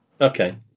Okay